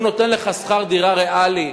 הוא נותן לך שכר דירה ריאלי,